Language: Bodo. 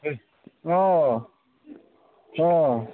अह अह